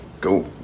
go